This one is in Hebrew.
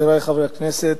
חברי חברי הכנסת,